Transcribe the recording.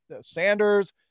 Sanders